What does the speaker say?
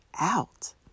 out